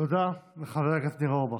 תודה לחבר הכנסת אורבך.